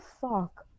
fuck